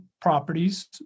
properties